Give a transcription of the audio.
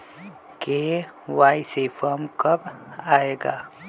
KYC form कब आए गा?